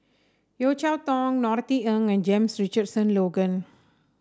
Yeo Cheow Tong Norothy Ng and James Richardson Logan